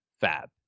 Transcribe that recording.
fab